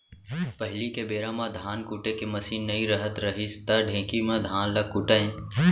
पहिली के बेरा म धान कुटे के मसीन नइ रहत रहिस त ढेंकी म धान ल कूटयँ